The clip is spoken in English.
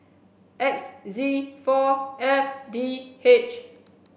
X Z four F D H